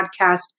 podcast